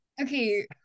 Okay